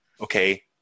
Okay